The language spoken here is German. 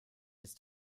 ist